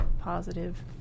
positive